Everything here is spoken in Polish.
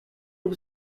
rób